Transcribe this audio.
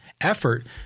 effort